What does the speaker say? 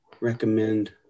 recommend